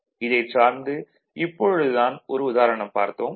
இதைச் சார்ந்து இப்பொழுது தான் ஒரு உதாரணம் பார்த்தோம்